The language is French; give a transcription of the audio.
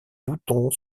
bouton